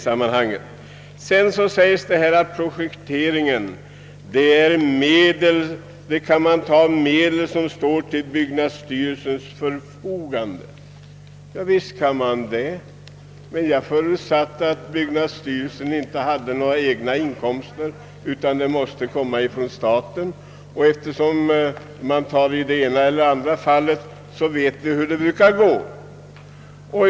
Herr Ekström i Iggesund sade att för projekteringen kan man använda medel som står till byggnadsstyrelsens förfogande. Ja, visst kan man det. Jag förutsatte emellertid att byggnadsstyrelsen inte har några egna inkomster utan måste få pengarna från staten, och då vet vi hur det brukar gå.